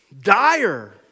dire